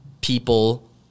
people